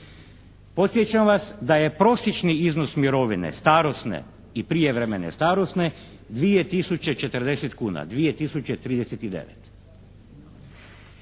Podsjećam vas da je prosječni iznos mirovine starosne i prijevremene starosne 2.040,00 kuna, 2.039,00.